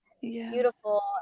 beautiful